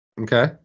Okay